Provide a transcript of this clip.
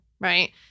right